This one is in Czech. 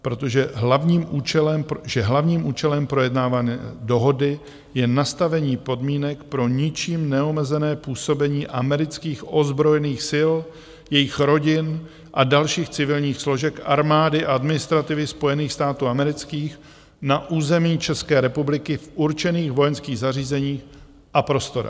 Protože hlavním účelem projednávané dohody je nastavení podmínek pro ničím neomezené působení amerických ozbrojených sil, jejich rodin a dalších civilních složek armády a administrativy Spojených států amerických na území České republiky v určených vojenských zařízeních a prostorách.